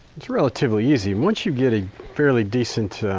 it's relatively easy. once you get a fairly decent